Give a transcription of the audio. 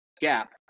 gap